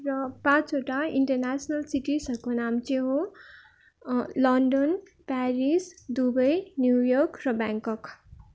र पाँचवटा इन्टरनेसनल सिटीजहरूको नाम चाहिँ हो London Paris Dubai New York Bangkok